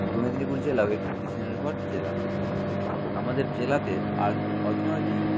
পূর্ব মেদিনীপুর জেলাও একটি কৃষি নির্ভর জেলা আমাদের জেলাতে আর অর্থনৈতিক